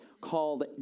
called